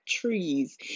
trees